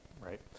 right